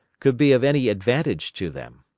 could be of any advantage to them.